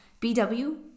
BW